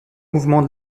mouvements